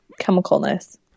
chemicalness